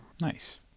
Nice